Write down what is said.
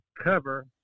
cover